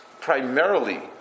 primarily